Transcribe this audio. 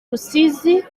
rusizi